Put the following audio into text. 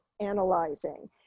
analyzing